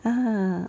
ah